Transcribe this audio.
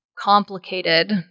complicated